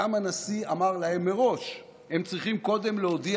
גם הנשיא אמר להם מראש שהם צריכים קודם להודיע